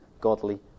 godly